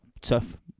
tough